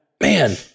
Man